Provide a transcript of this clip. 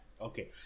Okay